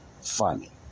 funny